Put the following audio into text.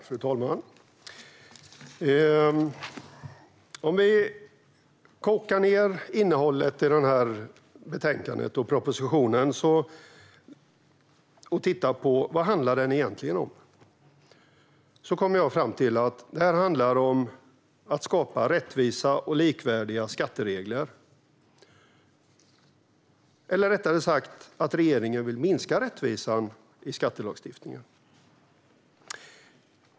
Fru talman! Om jag kokar ned innehållet i betänkandet och propositionen och tittar på vad det egentligen handlar om kommer jag fram till att det handlar om att skapa rättvisa och likvärdiga skatteregler eller, rättare sagt, att regeringen vill minska rättvisan i skattelagstiftningen.